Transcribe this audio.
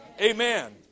Amen